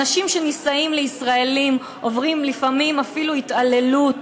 אנשים שנישאים לישראלים עוברים לפעמים אפילו התעללות,